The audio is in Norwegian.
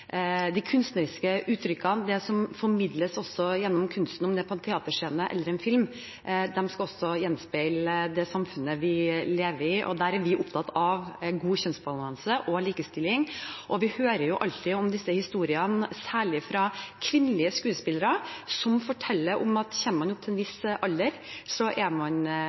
formidles også gjennom kunsten, enten det er på en teaterscene eller film, skal også gjenspeile det samfunnet vi lever i. Der er vi opptatt av god kjønnsbalanse og likestilling. Vi hører historier, særlig fra kvinnelige skuespillere, som forteller at når de kommer opp i en viss alder, er de ikke like attraktive for de store hovedrollene, som trekker det store publikummet, som derimot menn er.